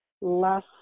less